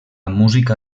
música